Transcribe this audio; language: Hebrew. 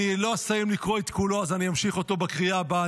אני לא אסיים לקרוא את כולו אז אני אמשיך אותו בקריאה הבאה,